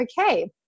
okay